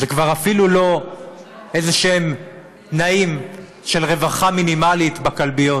זה כבר אפילו לא תנאים של רווחה מינימלית בכלביות,